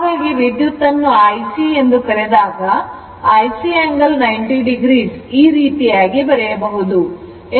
ಹಾಗಾಗಿ ವಿದ್ಯುತ್ತನ್ನು IC ಎಂದು ಕರೆದಾಗ IC angle 90 o ಈ ರೀತಿಯಾಗಿ ಬರೆಯಬಹುದು